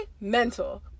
mental